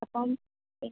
അപ്പം